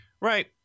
right